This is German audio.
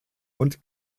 und